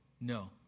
No